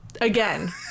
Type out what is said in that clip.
again